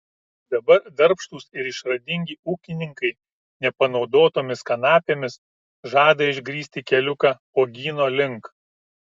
dabar darbštūs ir išradingi ūkininkai nepanaudotomis kanapėmis žada išgrįsti keliuką uogyno link